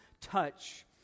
touch